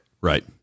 Right